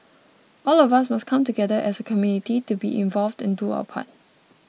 all of us must come together as a community to be involved and do our part